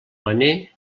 paner